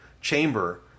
chamber